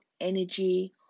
energy